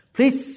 Please